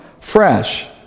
fresh